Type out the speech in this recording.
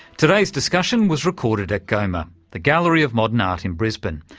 today's discussion was recorded at goma, the gallery of modern art in brisbane.